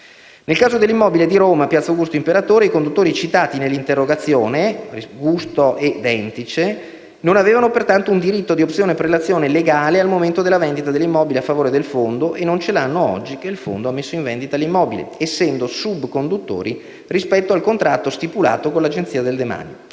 Nel caso dell'immobile di Roma, sito in Piazza Augusto Imperatore, i conduttori citati nell'interrogazione (il ristorante "Gusto" e il negozio "Dentice"), non avevano pertanto un diritto di opzione-prelazione legale al momento della vendita dell'immobile a favore del fondo, e non ce l'hanno oggi che il fondo ha messo in vendita l'immobile, essendo subconduttori rispetto al contratto stipulato con l'Agenzia del demanio.